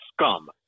scum